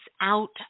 out